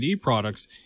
products